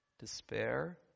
despair